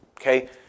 okay